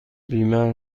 بیمه